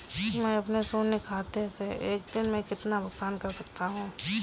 मैं अपने शून्य खाते से एक दिन में कितना भुगतान कर सकता हूँ?